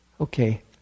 Okay